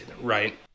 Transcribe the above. right